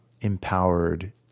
empowered